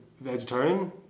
vegetarian